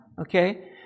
Okay